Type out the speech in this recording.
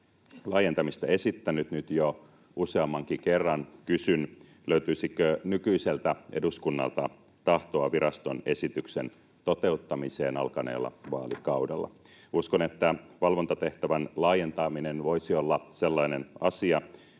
laajentamista esittänyt nyt jo useammankin kerran, kysyn, löytyisikö nykyiseltä eduskunnalta tahtoa viraston esityksen toteuttamiseen alkaneella vaalikaudella. Uskon, että valvontatehtävän laajentaminen voisi olla sellainen asia,